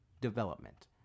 development